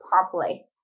properly